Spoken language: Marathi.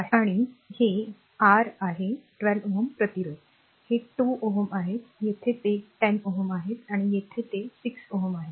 आणि हे आर आहे 12 Ω प्रतिरोध ते 2 Ω आहेत येथे ते 10 Ω आहेत आणि येथे ते 6 Ω आहेत